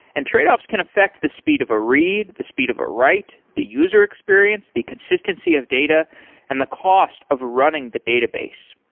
and tradeoffs can affect the speed of a read, the speed of a write, the user experience, the consistency of data and the cost of running the database.